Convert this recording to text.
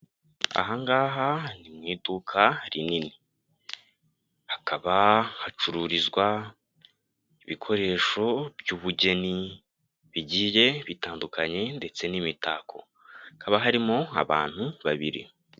Aha ngaha ni mu iduka rinini. Hakaba hacururizwa ibikoresho by'ubugeni bigiye bitandukanye ndetse n'imitako. Hakaba harimo abantu babiri.